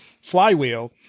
flywheel